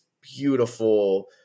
beautiful